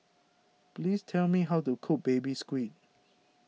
please tell me how to cook Baby Squid